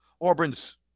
Auburn's